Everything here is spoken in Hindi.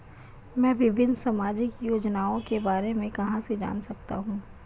मैं विभिन्न सामाजिक योजनाओं के बारे में कहां से जान सकता हूं?